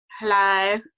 Hello